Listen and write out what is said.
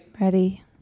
Ready